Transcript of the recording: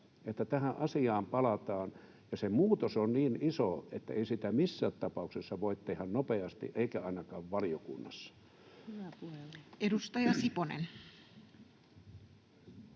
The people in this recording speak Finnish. tähän asiaan palataan, ja se muutos on niin iso, että ei sitä missään tapauksessa voi tehdä nopeasti eikä ainakaan valiokunnassa. [Speech